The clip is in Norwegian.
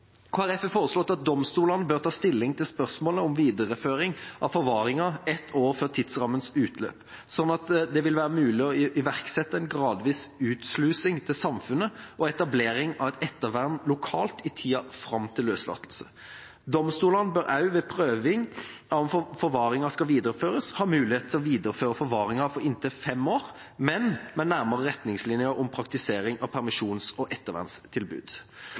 har foreslått at domstolene bør ta stilling til spørsmålet om videreføring av forvaringa ett år før tidsrammens utløp, slik at det vil være mulig å iverksette en gradvis utslusing til samfunnet og etablering av et ettervern lokalt i tida fram til løslatelse. Domstolene bør også ved prøving av om forvaringa skal videreføres, ha mulighet til å videreføre forvaringa for inntil fem år, men med nærmere retningslinjer om praktisering av permisjons- og ettervernstilbud.